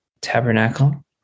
tabernacle